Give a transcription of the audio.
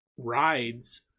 rides